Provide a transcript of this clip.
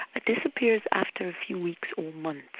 ah disappears after a few weeks or months.